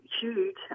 huge